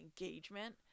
engagement